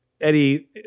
Eddie